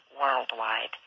worldwide